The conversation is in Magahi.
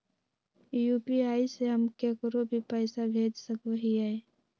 यू.पी.आई से हम केकरो भी पैसा भेज सको हियै?